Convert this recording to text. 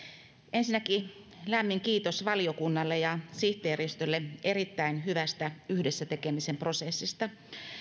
ensinnäkin lämmin kiitos valiokunnalle ja sihteeristölle erittäin hyvästä yhdessä tekemisen prosessista